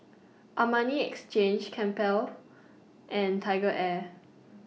Armani Exchange Campbell's and TigerAir